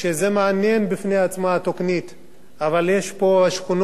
אבל יש שכונות שיש בהן מצוקה,